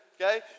Okay